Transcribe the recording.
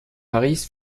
paris